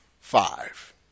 five